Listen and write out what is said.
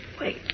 Wait